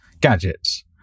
gadgets